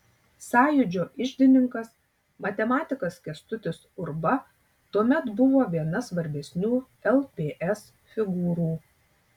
sąjūdžio iždininkas matematikas kęstutis urba tuomet buvo viena svarbesnių lps figūrų